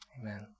Amen